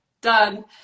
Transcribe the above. done